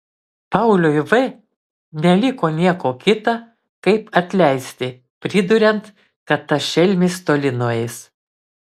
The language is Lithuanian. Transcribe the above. pauliui v neliko nieko kita kaip atleisti priduriant kad tas šelmis toli nueis